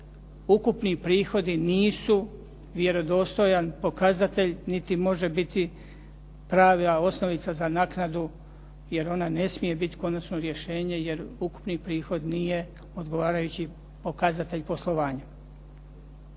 ukupni prihodi nisu vjerodostojan pokazatelj niti može biti prava osnovica za naknadu jer ona ne smije biti konačno rješenje jer ukupni prihod nije odgovarajući pokazatelj poslovanja.